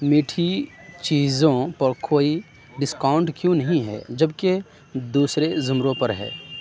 میٹھی چیزوں پر کوئی ڈسکاؤنٹ کیوں نہیں ہے جب کہ دوسرے زمروں پر ہے